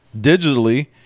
digitally